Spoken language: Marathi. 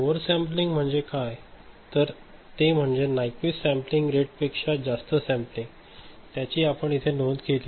ओव्हरसॅम्पलिंग म्हणजे काय तर ते म्हणजे नायकविस्ट सॅम्पलिंग रेट पेक्षा जास्त सॅम्पलिंग त्याची आपण इथे नोंद केली